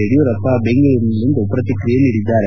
ಯಡಿಯೂರಪ್ಪ ಬೆಂಗಳೂರಿನಲ್ಲಿಂದು ಪ್ರತಿಕ್ರಿಯಿಸಿದ್ದಾರೆ